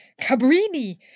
Cabrini